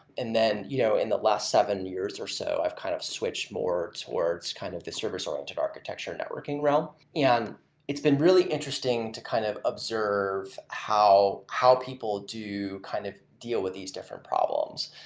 and then, you know in the last seven years or so, i've kind of switched more towards kind of the service-oriented architecture networking realm. yeah it's been really interesting to kind of observe how how people do kind of deal with these different problems.